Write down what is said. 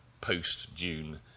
post-June